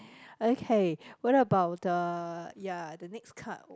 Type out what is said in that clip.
okay what about the ya the next card